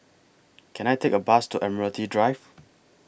Can I Take A Bus to Admiralty Drive